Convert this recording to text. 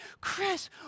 Chris